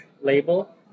label